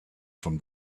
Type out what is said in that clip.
from